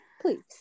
please